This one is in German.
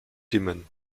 dimmen